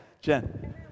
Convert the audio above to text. Jen